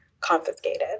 confiscated